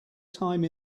time